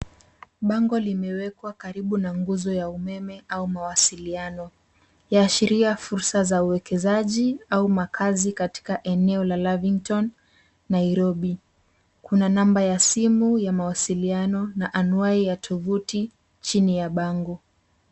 Bango limewekwa karibu na nguzo ya umeme au mawasiliano. Yaashiria fursa za uwekezaji au makazi katika eneo la Lavington, Nairobi. Kuna namba ya simu ya mawasiliano na anwai ya tovuti chini ya bango.